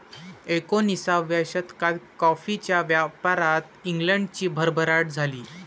एकोणिसाव्या शतकात कॉफीच्या व्यापारात इंग्लंडची भरभराट झाली